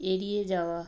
এড়িয়ে যাওয়া